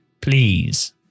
please